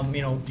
um you know,